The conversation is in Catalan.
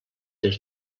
des